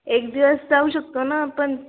एक दिवस जाऊ शकतो ना आपण